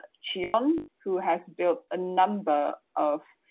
ah sion who has built a number of